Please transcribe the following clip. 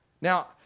Now